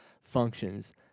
functions